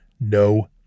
no